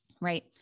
right